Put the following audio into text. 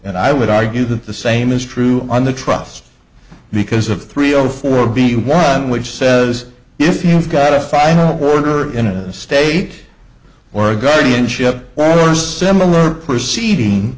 and i would argue that the same is true on the trust because of three o four b one which says if he has got a final word or in a state or a guardianship or similar proceeding